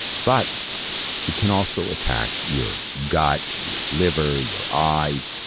but it can also attack your gut, your liver, your eyes,